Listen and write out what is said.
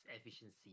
efficiency